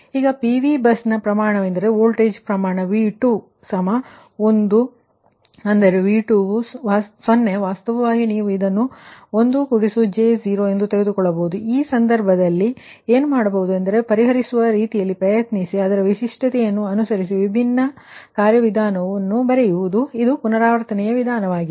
ಈಗ PV bus ನ ಪ್ರಮಾಣವೆಂದರೆ ವೋಲ್ಟೇಜ್ ಪ್ರಮಾಣ V2 1 ಅಂದರೆ V2 0 ವಾಸ್ತವವಾಗಿ ನೀವು ಇದನ್ನು 1 j 0 ಹೀಗೆ ತೆಗೆದುಕೊಳ್ಳಬಹುದು ಈ ಸಂದರ್ಭದಲ್ಲಿ ಏನು ಮಾಡವಹುದೆಂದರೆ ಅದನ್ನು ಪರಿಹರಿಸುವ ರೀತಿಯಲ್ಲಿ ಪ್ರಯತ್ನಿಸಿ ಅದರ ವಿಶಿಷ್ಟತೆಯನ್ನು ಅನುಸರಿಸಿ ವಿಭಿನ್ನ ವಿಷಯವನ್ನು ವಿಭಿನ್ನ ಕಾರ್ಯವಿಧಾನವು ಬರೆಯುವುದು ಇದು ಪುನರಾವರ್ತನೆಯ ವಿಧಾನವಾಗಿದೆ